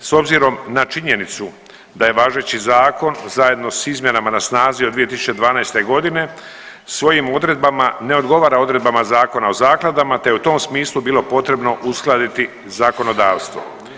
S obzirom na činjenicu da je važeći zakon zajedno s izmjenama na snazi od 2012.g. svojim odredbama ne odgovara odredbama Zakona o zakladama, te je u tom smislu bilo potrebno uskladiti zakonodavstvo.